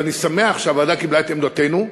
ואני שמח שהוועדה קיבלה את עמדתנו,